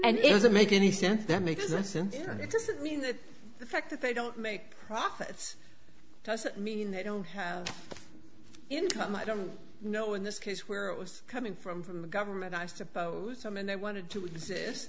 and it doesn't make any sense that makes sense and it doesn't mean that the fact that they don't make profits doesn't mean they don't have income i don't know in this case where it was coming from from the government i suppose some and they wanted to exist